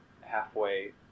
halfway